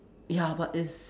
ya but it's